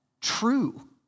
true